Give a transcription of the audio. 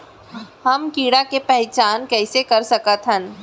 हम कीड़ा के पहिचान कईसे कर सकथन